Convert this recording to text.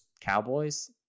Cowboys